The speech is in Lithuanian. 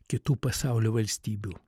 kitų pasaulio valstybių